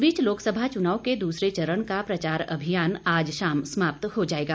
इस बीच लोकसभा चुनाव के दूसरे चरण का प्रचार अभियान आज शाम समाप्त हो जाएगा